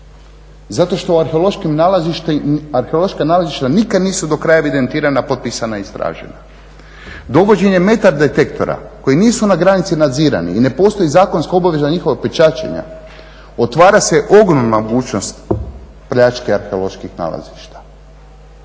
Zato što arheološka nalazišta nikad nisu do kraja evidentirana, potpisana i istražena. Dovođenje metar detektora koji nisu na granici nadzirani i ne postoji zakonska obaveza njihovog pečaćenja otvara se ogromna mogućnost pljačke arheoloških nalazišta.